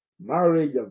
marriage